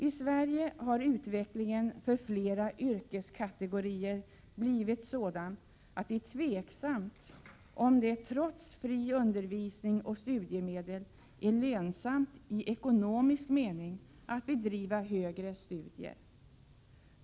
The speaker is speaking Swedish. I Sverige har utvecklingen för flera yrkeskategorier blivit sådan att det är tveksamt om det, trots fri undervisning och studiemedel, är lönsamt i ekonomisk mening att bedriva högre studier.